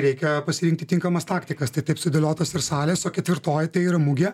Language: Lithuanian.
reikia pasirinkti tinkamas taktikas tai taip sudėliotas ir salės o ketvirtoji tai yra mugė